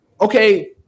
Okay